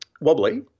wobbly